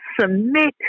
submit